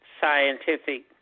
scientific